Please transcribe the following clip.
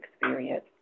experience